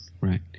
Right